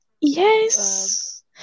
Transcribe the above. Yes